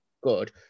good